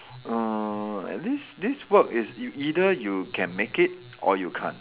err this this work is you either you can make it or you can't